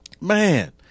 man